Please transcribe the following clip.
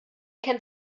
kennt